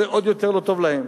זה עוד יותר לא טוב להם.